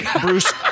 Bruce